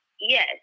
Yes